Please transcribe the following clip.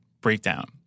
breakdown